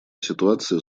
ситуация